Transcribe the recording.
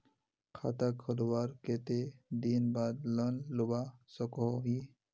खाता खोलवार कते दिन बाद लोन लुबा सकोहो ही?